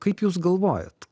kaip jūs galvojat